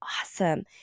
awesome